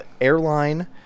airline